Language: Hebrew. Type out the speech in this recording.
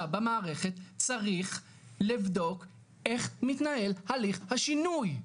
במערכת צריך לבדוק איך מתנהל הליך השינוי?